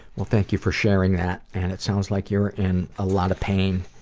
well thank you for sharing that, and it sounds like you're in a lot of pain,